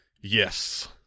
Yes